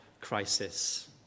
crisis